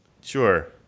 Sure